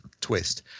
twist